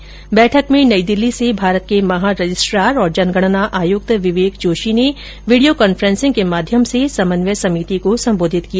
इस बैठक में नई दिल्ली से भारत के महारजिस्ट्रार और जनगणना आयुक्त विवेक जोशी ने वीडियो कान्फ्रेन्सिंग के माध्यम से समन्वय समिति को संबोधित किया